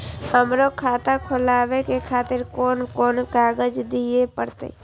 हमरो खाता खोलाबे के खातिर कोन कोन कागज दीये परतें?